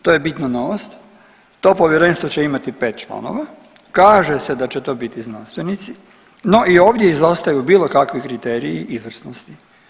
To je bitna novost, to povjerenstvo će imati pet članova, kaže se da će to biti znanstvenici, no i ovdje izostaju bilo kakvi kriteriji izvrsnosti.